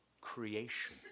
creation